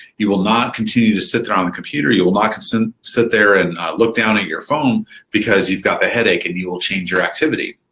you will not continue to sit there on the computer. you will not and sit sit there and look down at your phone because you've got the headache, and you will change your activity.